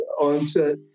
onset